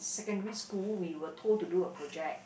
secondary school we were told to do a project